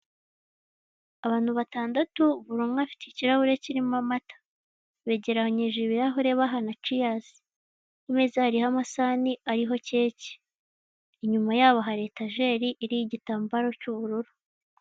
Abantu batandatu buri umwe afite ikirahure kirimo amata, begeranyije ibirahure bahana ciyasi, ku meza hariho amasahani ariho keke inyuma yabo hari etajeri iriho igitambario cy'ubururu.